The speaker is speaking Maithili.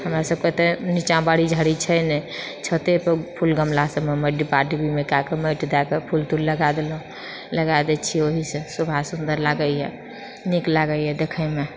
हमरा सभकऽ तऽ निचाँ बाड़ी झाड़ी छै नहि छते पर फूल गमला सभमे माटि डब्बा डिब्बीमे कए कऽ माटि दए कऽ फूल तूल लगा देलहुँ लगा दए छियै ओहिसँ सोभा सुन्दर लागैए नीक लागैए देखैमे